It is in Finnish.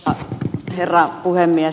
arvoisa herra puhemies